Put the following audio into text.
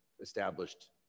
established